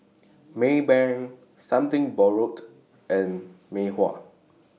Maybank Something Borrowed and Mei Hua